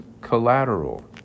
collateral